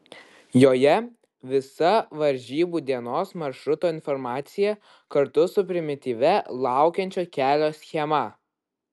joje visa varžybų dienos maršruto informacija kartu su primityvia laukiančio kelio schema